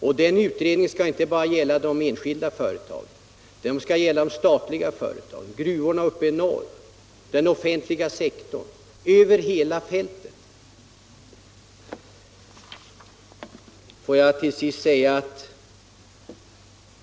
Och utredningen skall inte bara gälla de enskilda företagen; den skall gälla de statliga företagen, gruvorna uppe 1; norr, den offentliga sektorn — den skall gälla över hela fältet.